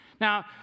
Now